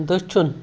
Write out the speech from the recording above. دٔچھُن